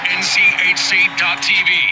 nchc.tv